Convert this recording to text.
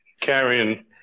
carrying